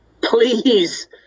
Please